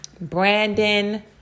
brandon